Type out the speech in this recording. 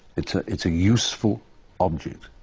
it's ah it's a useful object.